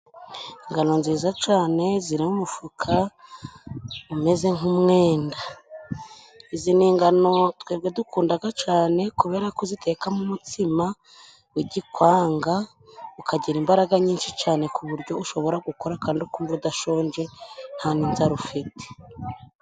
Ingano nziza cane ziri mu mufuka umeze nk'umwenda. Izi ni ingano twebwe dukundaga cane kubera ko uzitekamo umutsima w'igikwanga ukagira imbaraga nyinshi cane ku buryo ushobora gukora kandi ukumva udashonje nta n'inzara ufite.